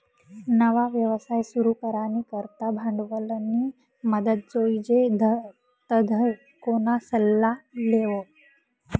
नवा व्यवसाय सुरू करानी करता भांडवलनी मदत जोइजे तधय कोणा सल्ला लेवो